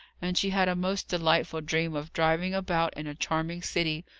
and she had a most delightful dream of driving about in a charming city,